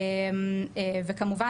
וכמובן,